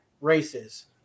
races